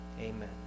Amen